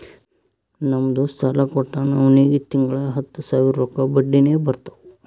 ನಮ್ ದೋಸ್ತ ಸಾಲಾ ಕೊಟ್ಟಾನ್ ಅವ್ನಿಗ ತಿಂಗಳಾ ಹತ್ತ್ ಸಾವಿರ ರೊಕ್ಕಾ ಬಡ್ಡಿನೆ ಬರ್ತಾವ್